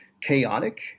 chaotic